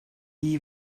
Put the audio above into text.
i̇yi